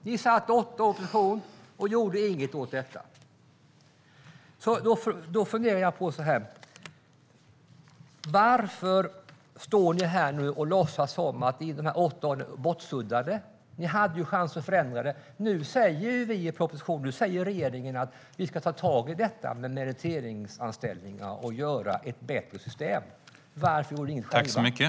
Ni satt i åtta år i regeringsställning och gjorde inget åt detta. Varför står ni här nu och låtsas som att de åtta åren är bortsuddade? Ni hade ju chans att förändra det här. Nu säger regeringen att man ska ta tag i detta med meriteringsanställningar och göra ett bättre system. Varför gjorde ni inget själva?